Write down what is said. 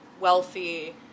wealthy